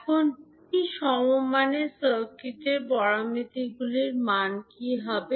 এখন টি সমমানের সার্কিট প্যারামিটারগুলির মান কত হবে